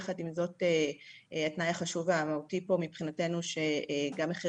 יחד עם זאת התנאי החשוב והמהותי פה מבחינתנו הוא שגם מחיר